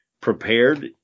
prepared